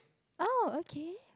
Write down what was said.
oh okay